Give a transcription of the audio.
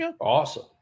Awesome